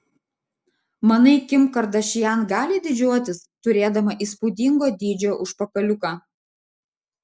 manai kim kardašian gali didžiuotis turėdama įspūdingo dydžio užpakaliuką